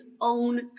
own